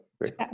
great